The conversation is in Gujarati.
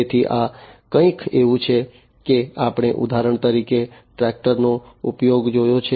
તેથી આ કંઈક એવું છે કે આપણે ઉદાહરણ તરીકે ટ્રેક્ટરનો ઉપયોગ જોયો છે